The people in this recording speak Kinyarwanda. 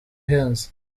ihenze